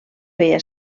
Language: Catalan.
feia